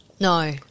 No